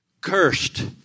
Cursed